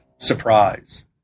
Surprise